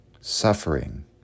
suffering